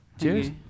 cheers